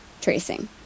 tracing